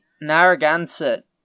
Narragansett